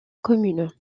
commune